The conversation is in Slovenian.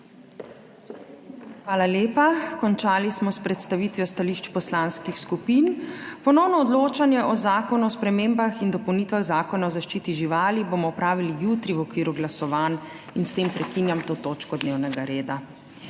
Hvala lepa. Končali smo s predstavitvijo stališč poslanskih skupin. Ponovno odločanje o Zakonu o spremembah in dopolnitvah Zakona o zaščiti živali bomo opravili jutri v okviru glasovanj. S tem prekinjam to točko dnevnega reda.